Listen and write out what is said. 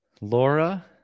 Laura